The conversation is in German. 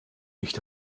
nicht